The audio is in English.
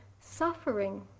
suffering